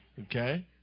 Okay